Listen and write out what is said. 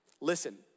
Listen